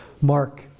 Mark